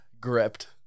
Gripped